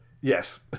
Yes